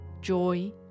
joy